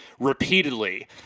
repeatedly